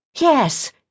Yes